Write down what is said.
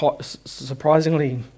surprisingly